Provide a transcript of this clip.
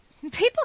people